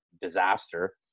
disaster